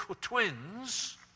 twins